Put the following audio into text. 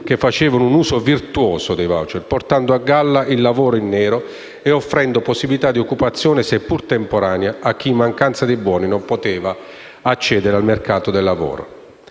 che facevano un uso virtuoso dei *voucher,* portando a galla il lavoro in nero e offrendo possibilità di occupazione, seppur temporanea, a chi in mancanza dei buoni non poteva accedere al mercato del lavoro.